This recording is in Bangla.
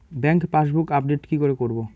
ব্যাংক পাসবুক আপডেট কি করে করবো?